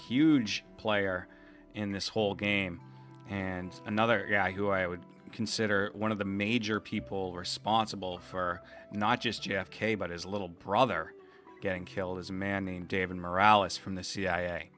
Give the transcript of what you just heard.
huge player in this whole game and another guy who i would consider one of the major people responsible for not just j f k but his little brother getting killed is a man named david morale is from the